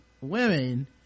women